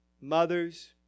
mothers